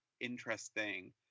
interesting